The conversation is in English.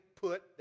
put